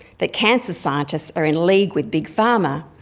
that cancer scientists are in league with big pharma,